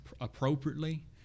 appropriately